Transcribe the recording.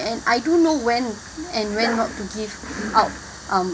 and I do know when and when not to give out um